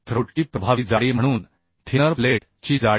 throat ची प्रभावी जाडी म्हणून थिनर प्लेट ची जाडी